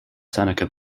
seneca